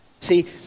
See